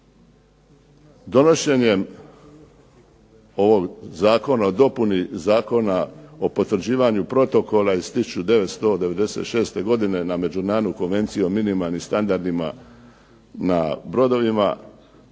Donošenjem ovog zakona o dopuni Zakona o potvrđivanju Protokola iz 1996. godine na Međunarodnu konvenciju o minimalnim standardima na brodovima